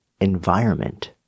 environment